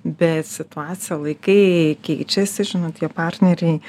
bet situacija laikai keičiasi žinot tie partneriai